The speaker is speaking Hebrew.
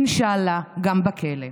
אינשאללה, גם בכלא.